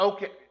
Okay